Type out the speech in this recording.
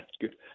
good